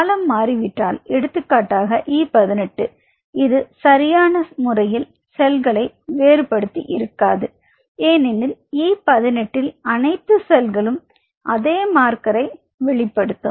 காலம் மாறி விட்டால எடுத்துக்காட்டாக E18 இது சரியான முறையில் செல்களை வேறுபடுத்தி இருக்காது ஏனெனில் E18 அனைத்து செல்களும் அதே மார்க்கரை வெளிப்படுத்தும்